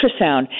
ultrasound